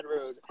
road